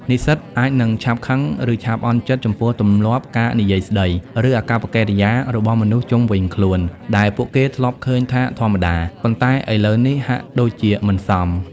និស្សិតអាចនឹងឆាប់ខឹង ឬឆាប់អន់ចិត្តចំពោះទម្លាប់ការនិយាយស្តី ឬអាកប្បកិរិយារបស់មនុស្សជុំវិញខ្លួន ដែលពួកគេធ្លាប់ឃើញថាធម្មតា ប៉ុន្តែឥឡូវនេះហាក់ដូចជាមិនសម។